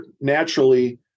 naturally